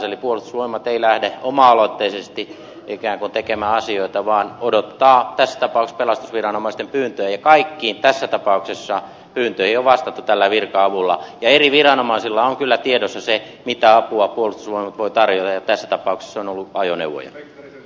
eli puolustusvoimat ei lähde ikään kuin oma aloitteisesti tekemään asioita vaan odottaa tässä tapauksessa pelastusviranomaisten pyyntöä ja tässä tapauksessa kaikkiin pyyntöihin on vastattu tällä virka avulla ja eri viranomaisilla on kyllä tiedossa se mitä apua puolustusvoimat voi tarjota ja tässä tapauksessa se on ollut ajoneuvoja